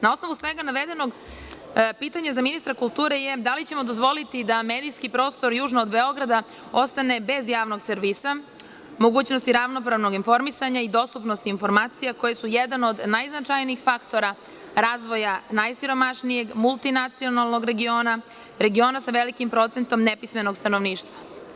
Na osnovu svega navedenog pitanje za ministra kulture jeda li ćemo dozvoliti da medijski prostor južno od Beograda ostane bez javnog servisa, mogućnosti ravnopravnog informisanja i dostupnosti informacija koje su jedan od najznačajnijih faktora razvoja najsiromašnijeg, multinacionalnog regiona, regiona sa velikim procentom nepismenog stanovništva?